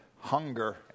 hunger